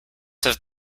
have